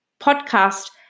podcast